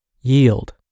yield